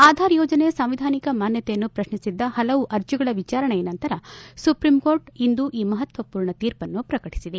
ಆಧಾರ್ ಯೋಜನೆಯ ಸಾಂವಿಧಾನಿಕ ಮಾನ್ಜತೆಯನ್ನು ಪ್ರಶ್ನಿಸಿದ್ದ ಹಲವು ಅರ್ಜಿಗಳ ವಿಚಾರಣೆಯ ನಂತರ ಸುಪ್ರೀಂಕೋರ್ಟ್ ಇಂದು ಈ ಮಹತ್ವಪೂರ್ಣ ತೀರ್ಪನ್ನು ಪ್ರಕಟಿಸಿದೆ